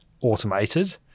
automated